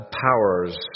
powers